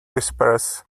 disperse